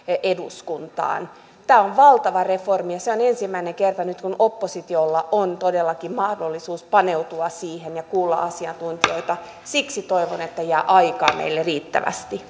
eduskuntaan tämä on valtava reformi ja on ensimmäinen kerta nyt kun oppositiolla on todellakin mahdollisuus paneutua siihen ja kuulla asiantuntijoita siksi toivon että aikaa jää meille riittävästi